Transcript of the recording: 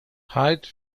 hyde